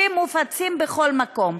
שמופצים בכל מקום.